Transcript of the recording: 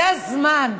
זה הזמן.